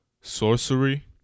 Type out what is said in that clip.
sorcery